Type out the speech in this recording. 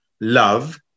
love